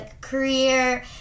career